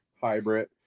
hybrid